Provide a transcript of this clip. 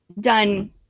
done